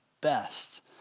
best